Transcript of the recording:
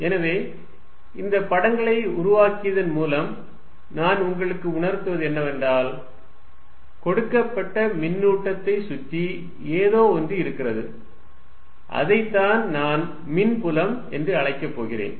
எனவே இந்த படங்களை உருவாக்குவதன் மூலம் நான் உங்களுக்கு உணர்த்துவது என்னவென்றால் கொடுக்கப்பட்ட மின்னூட்டத்தைச் சுற்றி ஏதோ ஒன்று இருக்கிறது அதைத்தான் நான் மின்புலம் என்று அழைக்கப் போகிறேன்